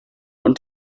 und